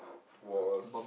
was